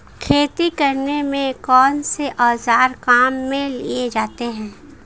खेती करने में कौनसे औज़ार काम में लिए जाते हैं?